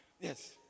Yes